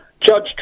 Judge